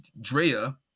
Drea